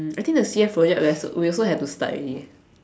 um I think the C_F project we also have to start already eh